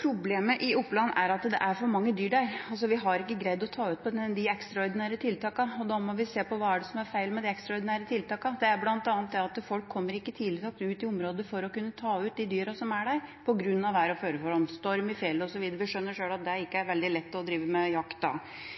Problemet i Oppland er at det er for mange dyr der. Vi har ikke greid å ta ut på de ekstraordinære tiltakene, og da må vi se på hva det er som er feil med de ekstraordinære tiltakene. Det er bl.a. det at folk ikke kommer tidlig nok ut i området for å kunne ta ut de dyrene som er der, på grunn av vær- og føreforhold, storm i fjellet osv. En skjønner sjøl at det ikke er veldig lett å drive med